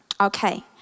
okay